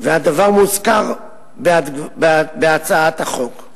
והדבר מוזכר בהצעת החוק.